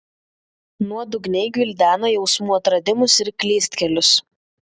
nuodugniai gvildena jausmų atradimus ir klystkelius